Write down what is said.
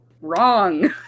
wrong